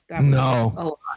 No